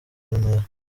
remera